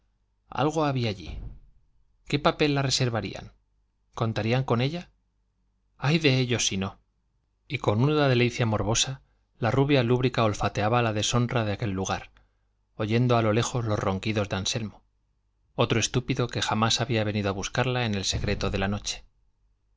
algo había allí qué papel la reservarían contarían con ella ay de ellos si no y con una delicia morbosa la rubia lúbrica olfateaba la deshonra de aquel hogar oyendo a lo lejos los ronquidos de anselmo otro estúpido que jamás había venido a buscarla en el secreto de la noche